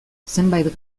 zenbait